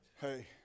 Hey